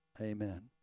Amen